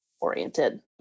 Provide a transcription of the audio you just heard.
oriented